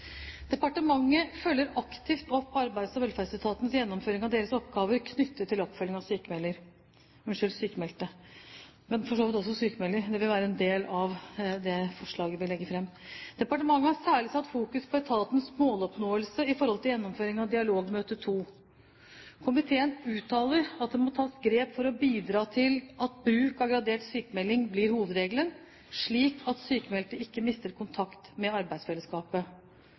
Departementet følger aktivt opp Arbeids- og velferdsetatens gjennomføring av deres oppgaver knyttet til oppfølging av sykmelder – unnskyld, av sykmeldte, men for så vidt også sykmelder, det vil være en del av det forslaget vi legger fram. Departementet har særlig satt fokus på etatens måloppnåelse i forhold til gjennomføring av dialogmøte 2. Komiteen uttaler at det må tas grep for å bidra til at bruk av gradert sykmelding blir hovedregelen, slik at sykmeldte ikke mister kontakt med arbeidsfellesskapet.